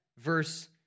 Verse